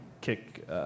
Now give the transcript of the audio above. kick